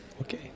Okay